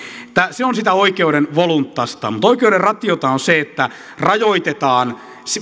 se on sitä oikeuden voluntasta mutta oikeuden ratiota on se että rajoitetaan